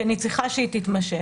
כי אני צריכה שהיא תתמשך.